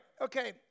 okay